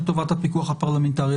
לטובת הפיקוח הפרלמנטרי.